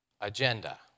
agenda